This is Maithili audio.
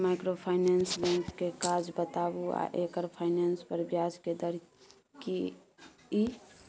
माइक्रोफाइनेंस बैंक के काज बताबू आ एकर फाइनेंस पर ब्याज के दर की इ?